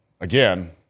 Again